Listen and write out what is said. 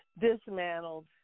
dismantled